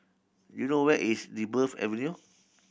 do you know where is Dryburgh Avenue